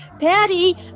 Patty